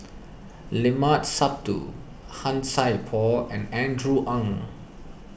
Limat Sabtu Han Sai Por and Andrew Ang